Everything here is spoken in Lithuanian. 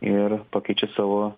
ir pakeičia savo